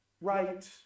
right